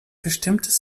bestimmtes